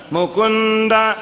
Mukunda